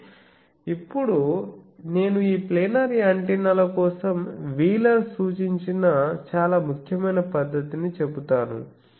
కానీ ఇప్పుడు నేను ఈ ప్లానర్ యాంటెన్నాల కోసం వీలర్ సూచించిన చాలా ముఖ్యమైన పద్ధతిని చెబుతాను